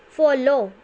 follow